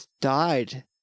died